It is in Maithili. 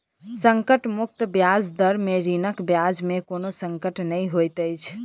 संकट मुक्त ब्याज दर में ऋणक ब्याज में कोनो संकट नै होइत अछि